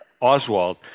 Oswald